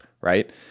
right